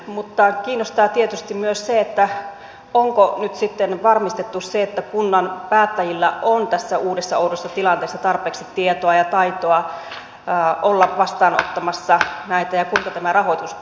mutta kiinnostaa tietysti myös se onko nyt sitten varmistettu se että kunnan päättäjillä on tässä uudessa oudossa tilanteessa tarpeeksi tietoa ja taitoa olla vastaanottamassa näitä ja kuinka tämä rahoituspuoli hoituu